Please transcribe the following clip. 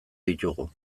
ditugu